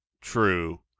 true